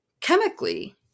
chemically